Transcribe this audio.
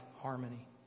harmony